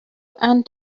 and